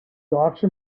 auction